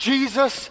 Jesus